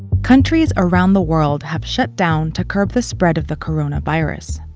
countries around the world have shut down to curb the spread of the coronavirus.